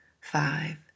five